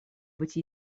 быть